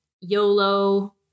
YOLO